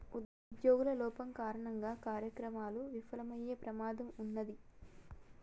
ఉజ్జోగుల లోపం కారణంగా కార్యకలాపాలు విఫలమయ్యే ప్రమాదం ఉన్నాది